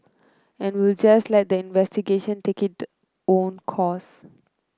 and we'll just let the investigation take it own course